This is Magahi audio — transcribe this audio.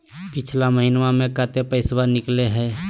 पिछला महिना मे कते पैसबा निकले हैं?